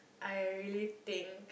I really think